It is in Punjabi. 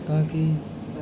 ਤਾਂ ਕਿ